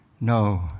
No